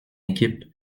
équipe